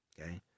okay